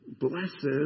blesses